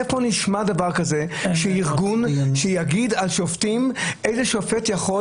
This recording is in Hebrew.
איפה נשמע דבר כזה ארגון שיגיד על שופטים איזה שופט הוא,